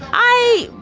i.